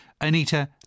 Anita